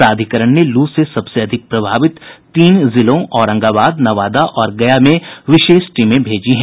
प्राधिकरण ने लू से सबसे अधिक प्रभावित तीन जिलों औरंगाबाद नवादा और गया में विशेष टीमें भेजी हैं